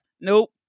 Nope